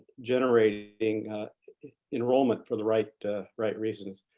generating enrollment for the right right reasons.